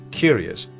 curious